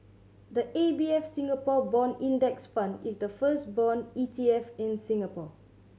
the A B F Singapore Bond Index Fund is the first bond E T F in Singapore